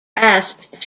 asked